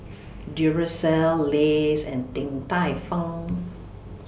Duracell Lays and Din Tai Fung